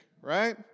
right